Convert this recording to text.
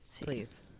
please